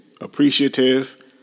appreciative